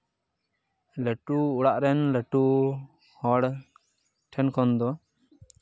ᱞᱟᱹᱴᱩ ᱚᱲᱟᱜ ᱨᱮᱱ ᱞᱟᱹᱴᱩ ᱦᱚᱲ ᱴᱷᱮᱱ ᱠᱷᱚᱱ ᱫᱚ